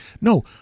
no